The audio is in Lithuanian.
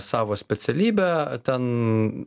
savo specialybę ten